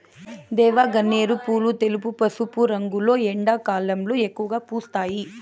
దేవగన్నేరు పూలు తెలుపు, పసుపు రంగులో ఎండాకాలంలో ఎక్కువగా పూస్తాయి